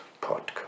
podcast